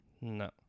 No